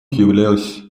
являясь